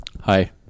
Hi